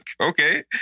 Okay